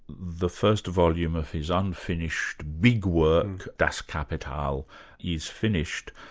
the first volume of his unfinished big work, das kapital is finished.